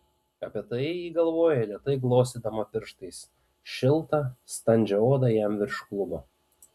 apie tai ji galvojo lėtai glostydama pirštais šiltą standžią odą jam virš klubo